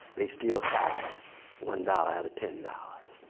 they still tithe one dollar out of ten dollars,